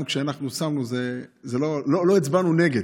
גם כשאנחנו שמנו, לא הצבענו נגד,